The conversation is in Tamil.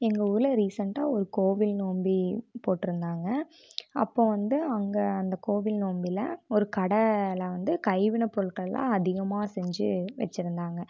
எங்கள் ஊரில் ரீசன்ட்டாக ஒரு கோவில் நோம்பி போட்டுருந்தாங்க அப்போ வந்து அங்கே அந்த கோவில் நோம்பியில ஒரு கடையில வந்து கைவினை பொருட்கள்லாம் அதிகமாக செஞ்சு வச்சுருந்தாங்க